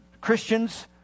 Christians